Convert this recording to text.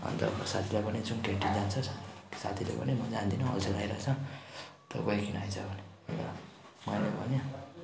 अन्त साथीलाई भनेँ जाउँ क्यान्टिन जान्छस् साथीले भन्यो म जादिनँ अल्छी लागिरहेको छ तँ गइकिन आइज भन्यो अन्त मैले भन्यो